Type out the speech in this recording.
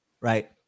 right